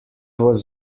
was